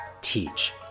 teach